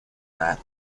that